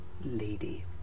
lady